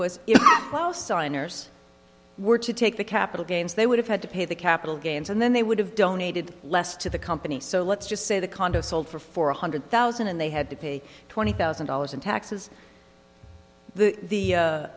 signers were to take the capital gains they would have had to pay the capital gains and then they would have donated less to the company so let's just say the condo sold for four hundred thousand and they had to pay twenty thousand dollars in taxes the